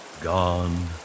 gone